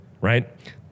right